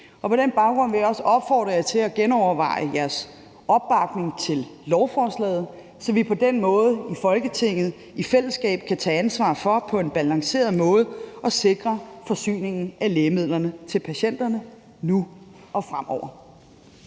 På den baggrund vil jeg også opfordre jer til at genoverveje jeres opbakning til lovforslaget, så vi på den måde i Folketinget i fællesskab kan tage ansvar for på en balanceret måde at sikre forsyningen af lægemidler til patienter nu og fremover.